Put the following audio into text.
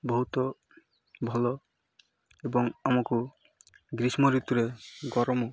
ବହୁତ ଭଲ ଏବଂ ଆମକୁ ଗ୍ରୀଷ୍ମ ଋତୁରେ ଗରମ